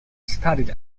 studied